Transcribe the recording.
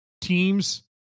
teams